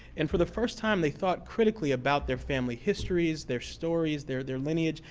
and for the first time, they thought critically about their family histories, their stories, their their lineage.